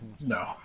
No